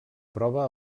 prova